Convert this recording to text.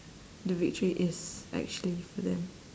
the victory is actually for them